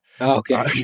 Okay